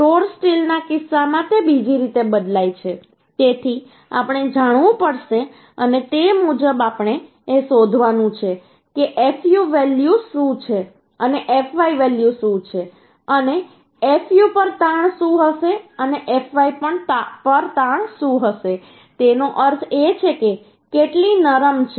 ટોર સ્ટીલના કિસ્સામાં તે બીજી રીતે બદલાય છે તેથી આપણે જાણવું પડશે અને તે મુજબ આપણે એ શોધવાનું છે કે fu વેલ્યુ શું છે અને fy વેલ્યુ શું છે અને fu પર તાણ શું હશે અને fy પર તાણ શું હશે તેનો અર્થ એ છે કે કેટલી નરમ છે